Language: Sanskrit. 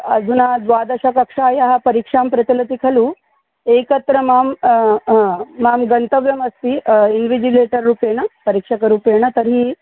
अधुना द्वादशकक्षायाः परीक्षां प्रचलति खलु एकत्र मां मां गन्तव्यमस्ति इन्विजिलेटर् रूपेण परीक्षकरूपेण तर्हि